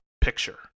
picture